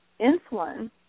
insulin